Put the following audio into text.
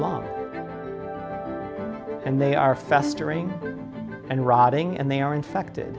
long and they are festering and rotting and they are infected